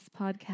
podcast